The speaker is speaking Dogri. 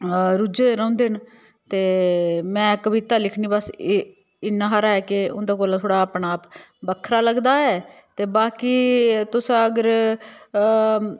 रुज्झे दे रौंह्दे न ते मैं कविता लिखनी बस एह् इन्ना हारा ऐ के उंदे कोला थोह्ड़ा अपना आप बक्खरा लगदा ऐ ते बाकी तुस अगर